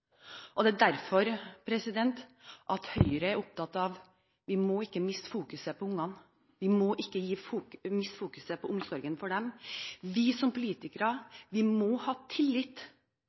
Det er derfor Høyre er opptatt av at vi ikke må miste fokuseringen på ungene. Vi må ikke miste fokuseringen på omsorgen for dem. Vi som politikere må ha tillit